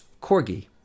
Corgi